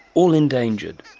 all endangered.